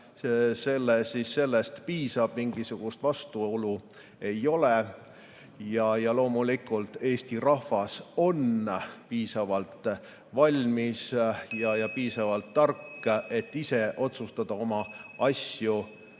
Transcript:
sellest piisab, mingisugust vastuolu ei ole. Loomulikult, Eesti rahvas on piisavalt valmis ja piisavalt tark, et ise otsustada oma asju.